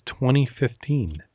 2015